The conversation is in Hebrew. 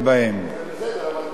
זה בסדר, אבל פה זה היה ברור.